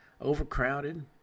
Overcrowded